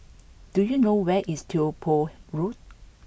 do you know where is Tiong Poh Road